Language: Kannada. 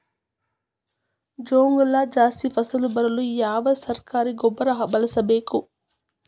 ಗೋಂಜಾಳ ಜಾಸ್ತಿ ಫಸಲು ಬರಲು ಯಾವ ಸರಕಾರಿ ಗೊಬ್ಬರ ಬಳಸಬೇಕು?